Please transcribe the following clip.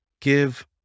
give